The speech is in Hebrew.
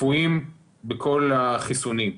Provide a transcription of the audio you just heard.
צפויים בכל החיסונים.